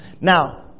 Now